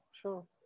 sure